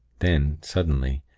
then, suddenly,